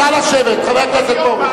נא לשבת, חבר הכנסת פרוש.